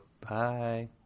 Bye